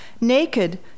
Naked